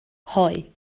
hoe